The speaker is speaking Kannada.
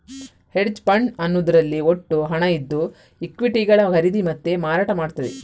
ಹೆಡ್ಜ್ ಫಂಡ್ ಅನ್ನುದ್ರಲ್ಲಿ ಒಟ್ಟು ಹಣ ಇದ್ದು ಈಕ್ವಿಟಿಗಳ ಖರೀದಿ ಮತ್ತೆ ಮಾರಾಟ ಮಾಡ್ತದೆ